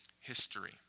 history